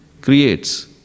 creates